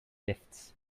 lifts